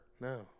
No